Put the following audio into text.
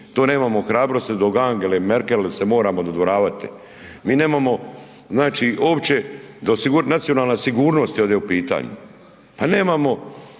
se ne razumije./... Angeli Merkel se moramo dodvoravati. Mi nemamo, znači, uopće da, nacionalna sigurnost je ovdje u pitanju, pa nemamo,